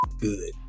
good